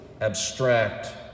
abstract